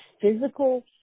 physical